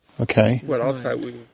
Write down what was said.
Okay